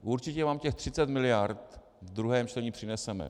Určitě vám těch 30 mld. ve druhém čtení přineseme.